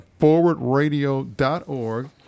forwardradio.org